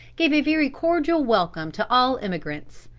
gave a very cordial welcome to all emigrants.